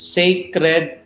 sacred